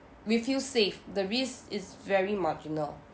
we feel safe the risk is very marginal